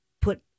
put